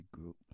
group